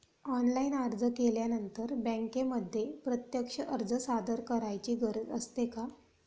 Online अर्ज केल्यानंतर बँकेमध्ये प्रत्यक्ष अर्ज सादर करायची गरज असते का?